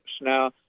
Now